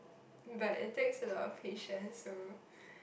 but it takes a lot of patience so